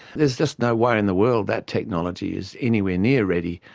there's just no way in the world that technology is anywhere near ready.